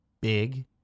Big